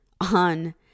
on